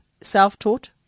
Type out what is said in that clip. Self-taught